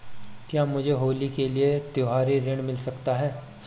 क्या मुझे होली के लिए त्यौहारी ऋण मिल सकता है?